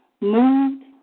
moved